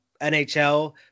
nhl